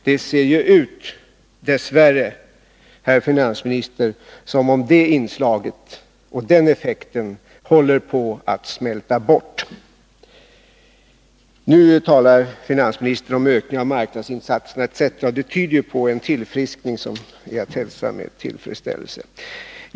Det ser ju, herr finansminister, dess värre ut som om den effekten håller på att smälta bort. Nu talar finansministern om ökningen av marknadsinsatserna etc. Det tyder ju på en tilllfriskning som är att hälsa med tillfredsställelse.